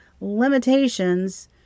limitations